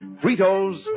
fritos